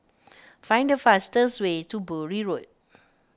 find the fastest way to Bury Road